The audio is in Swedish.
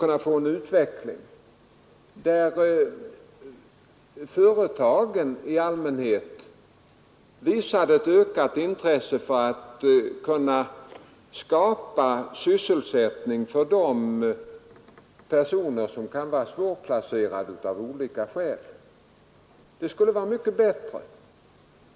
Jag önskar att företagen i allmänhet visade ett större intresse för att skapa sysselsättningsmöjligheter för de personer som av olika skäl kan vara svårplacerade.